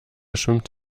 schwimmt